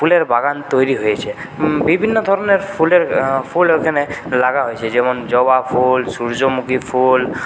ফুলের বাগান তৈরি হয়েছে বিভিন্ন ধরনের ফুলের ফুল এখানে লাগা হয়েছে যেমন জবাফুল সূর্যমুখীফুল